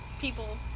people